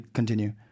continue